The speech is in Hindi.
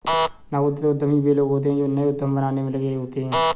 नवोदित उद्यमी वे लोग होते हैं जो नए उद्यम बनाने में लगे होते हैं